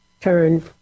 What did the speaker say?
turn